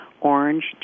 orange